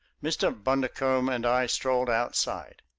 mr. bundercombe and i strolled outside.